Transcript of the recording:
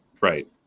Right